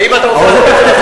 ואם אתה רוצה לעשות את זה,